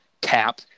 cap